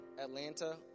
Atlanta